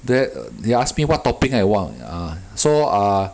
then they ask me what topping I want uh so err